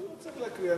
לא צריך להקריא.